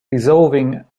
dissolving